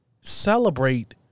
celebrate